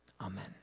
Amen